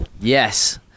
Yes